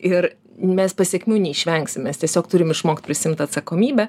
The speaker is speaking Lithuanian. ir mes pasekmių neišvengsim mes tiesiog turim išmokt prisiimt atsakomybę